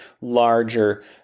larger